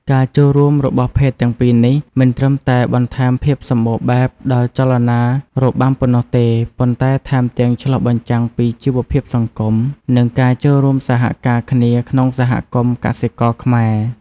ការចូលរួមរបស់ភេទទាំងពីរនេះ មិនត្រឹមតែបន្ថែមភាពសម្បូរបែបដល់ចលនារបាំប៉ុណ្ណោះទេ ប៉ុន្តែថែមទាំងឆ្លុះបញ្ចាំងពីជីវភាពសង្គម និងការរួមសហការគ្នាក្នុងសហគមន៍កសិករខ្មែរ។